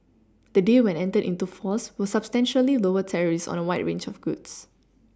the deal when entered into force will substantially lower tariffs on a wide range of goods